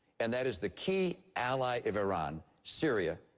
and that is the key ally of iran, syria,